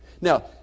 Now